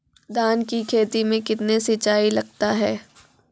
धान की खेती मे कितने सिंचाई लगता है?